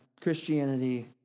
Christianity